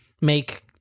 make